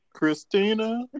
Christina